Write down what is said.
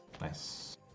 Nice